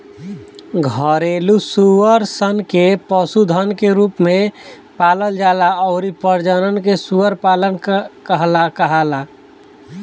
घरेलु सूअर सन के पशुधन के रूप में पालल जाला अउरी प्रजनन के सूअर पालन कहाला